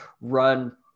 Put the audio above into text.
run –